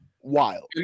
wild